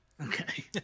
Okay